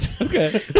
okay